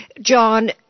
John